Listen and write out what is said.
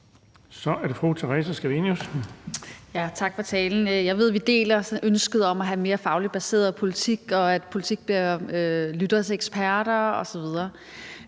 Tak for talen. Jeg ved, vi deler ønsket om at have mere fagligt baseret politik, hvor man lytter til eksperter osv.